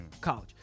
college